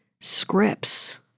scripts